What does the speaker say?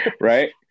right